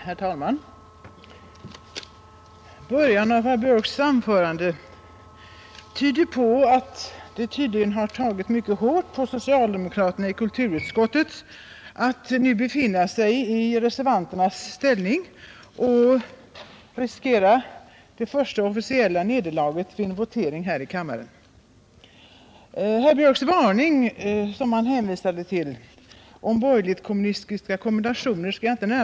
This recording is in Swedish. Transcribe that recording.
Herr talman! Början av herr Björks i Göteborg anförande tyder på att det har tagit mycket hårt på socialdemokraterna i kulturutskottet att nu befinna sig i reservanternas ställning och riskera det första officiella nederlaget vid en votering här i kammaren i en anslagsfråga. Jag skall inte närmare beröra herr Björks varning om borgerligt-kommunistiska kombinationer.